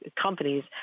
companies